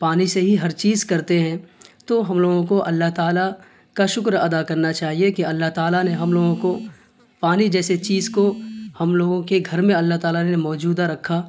پانی سے ہی ہر چیز کرتے ہیں تو ہم لوگوں کو اللہ تعالیٰ کا شکر ادا کرنا چاہیے کہ اللہ تعالیٰ نے ہم لوگوں کو پانی جیسے چیز کو ہم لوگوں کے گھر میں اللہ تعالیٰ نے موجودہ رکھا